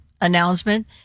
announcement